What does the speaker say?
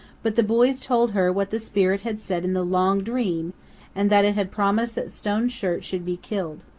but the boys told her what the spirit had said in the long dream and that it had promised that stone shirt should be killed.